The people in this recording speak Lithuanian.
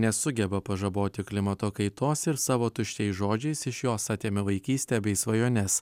nesugeba pažaboti klimato kaitos ir savo tuščiais žodžiais iš jos atėmė vaikystę bei svajones